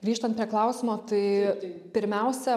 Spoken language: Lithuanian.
grįžtant prie klausimo tai pirmiausia